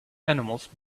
animals